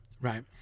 Right